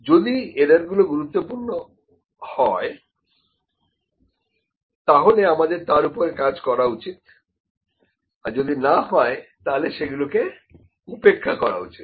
যদি এরর গুলো গুরুত্বপূর্ণ হয় তাহলে আমাদের তার উপরে কাজ করা উচিত আর যদি না হয়তাহলে সেগুলিকে উপেক্ষা করা উচিত